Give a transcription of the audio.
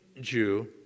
Jew